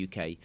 UK